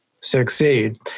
succeed